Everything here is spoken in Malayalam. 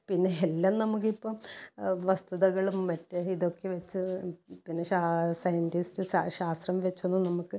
പിന്നെ എല്ലാം നമുക്ക് ഇപ്പം വസ്തുതകളും മറ്റും ഇതൊക്കെ വെച്ച് പിന്നെ ഷാ സൈൻറ്റിസ്റ്റ് ശ ശാസ്ത്രം വെച്ചൊന്നും നമുക്ക്